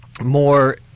more